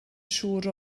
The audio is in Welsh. siŵr